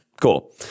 Cool